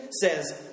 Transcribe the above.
says